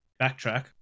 backtrack